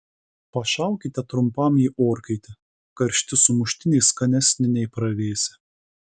pašaukite trumpam į orkaitę karšti sumuštiniai skanesni nei pravėsę